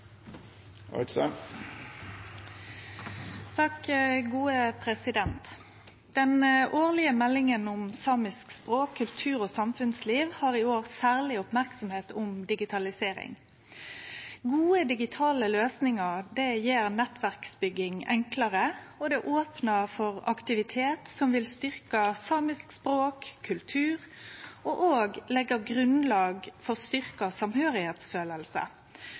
Den årlege meldinga om samisk språk, kultur og samfunnsliv har i år særleg merksemd om digitalisering. Gode digitale løysingar gjer nettverksbygging enklare, og det opnar for aktivitet som vil styrkje samisk språk og kultur og òg leggje grunnlag for